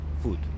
food